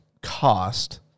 cost